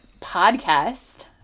podcast